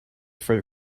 for